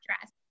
dress